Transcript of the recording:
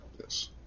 Yes